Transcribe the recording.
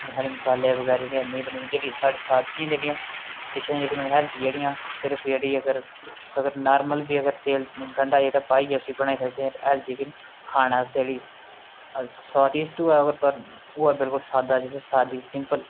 छड़े मसाले बगैरा बने दे जेह्ड़े साढ़े साथियें जेह्ड़ियां डिशां जेह्ड़ियां मतलब हैल्दी जेह्ड़ियां सिर्फ जेह्ड़ी अगर तुस अगर नार्मल बी अगर तेल गंढा जेह्ड़ा पाइयै उसी बनाई सकचै हैल्दी खाना अस जेह्ड़ी स्वादिष्ट होऐ पर होऐ बिल्कुल साद्दा जिसी साद्दा सिंपल